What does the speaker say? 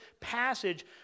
passage